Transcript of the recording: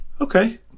Okay